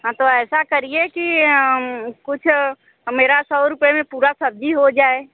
हाँ तो ऐसा करिए कि कुछ मेरा सौ रुपये में मेरा पूरा सब्ज़ी हो जाए